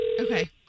Okay